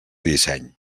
disseny